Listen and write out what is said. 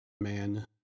man